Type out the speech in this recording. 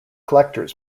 collectors